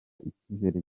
icyizere